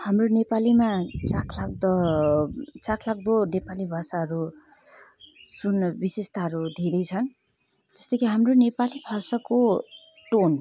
हाम्रो नेपालीमा चाखलाग्दो चाखलाग्दो नेपाली भाषाहरू सुन्न विशेषताहरू धेरै छ जस्तै कि हाम्रो नेपाली भाषाको टोन